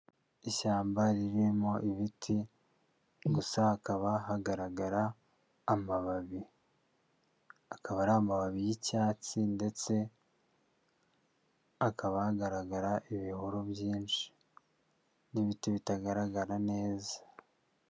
Ishyamba ririmo ibiti, gusa hakaba hagaragara amababi. Akaba ari amababi y'icyatsi ndetse hakaba hagaragara ibihuru byinshi n'ibiti bitagaragara neza.